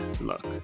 look